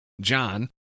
John